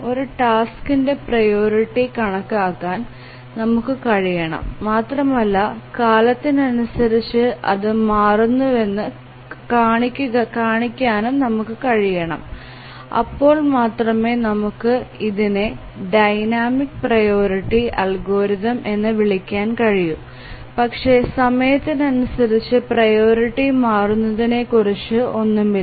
ഒരു ടാസ്ക്കിന്റെ പ്രിയോറിറ്റി കണക്കാക്കാൻ നമുക്ക് കഴിയണം മാത്രമല്ല കാലത്തിനനുസരിച്ച് അത് മാറുന്നുവെന്ന് കാണിക്കാനും നമുക്ക് കഴിയണം അപ്പോൾ മാത്രമേ നമുക്ക് ഇതിനെ ഡൈനാമിക് പ്രിയോറിറ്റി അൽഗോരിതം എന്ന് വിളിക്കാൻ കഴിയൂ പക്ഷേ സമയത്തിനനുസരിച്ച് പ്രിയോറിറ്റി മാറുന്നതിനെക്കുറിച്ച് ഒന്നുമില്ല